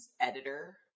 editor